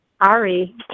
Ari